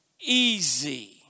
easy